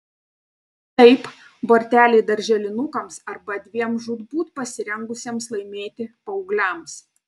taip borteliai darželinukams arba dviem žūtbūt pasirengusiems laimėti paaugliams